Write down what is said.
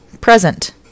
present